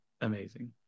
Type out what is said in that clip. amazing